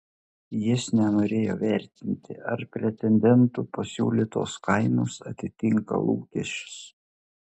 jis nenorėjo vertinti ar pretendentų pasiūlytos kainos atitinka lūkesčius